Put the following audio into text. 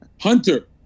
Hunter